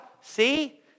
see